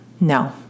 no